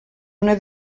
una